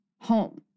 home